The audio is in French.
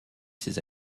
ses